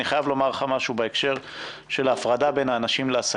אני חייב לומר לך משהו בהקשר של הפרדה בין האנשים לעסקים.